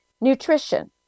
Nutrition